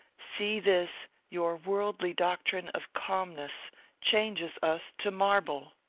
see this, your worldly doctrine of calmness changes us to marble